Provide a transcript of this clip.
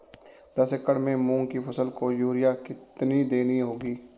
दस एकड़ में मूंग की फसल को यूरिया कितनी देनी होगी?